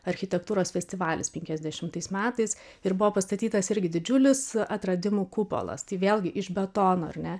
architektūros festivalis penkiasdešimtais metais ir buvo pastatytas irgi didžiulis atradimų kupolas tai vėlgi iš betono ar ne